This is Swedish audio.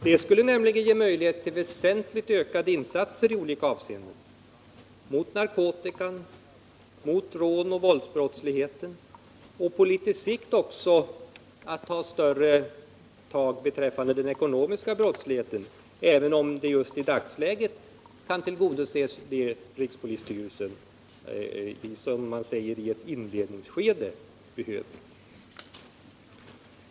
Det skulle nämligen ge möjligheter till ökade insatser i olika avseenden — mot narkotikan, mot rån och mot våldsbrottslighet och på litet sikt också till att ta större tag beträffande den ekonomiska brottsligheten, även om det arbetet i dagsläget kan tillgodoses med de medel som rikspolisstyrelsen i ett inledningsskede förfogar över.